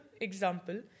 example